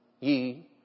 ye